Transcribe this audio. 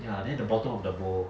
ya then the bottom of the bowl